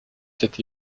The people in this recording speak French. cet